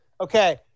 Okay